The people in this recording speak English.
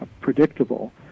predictable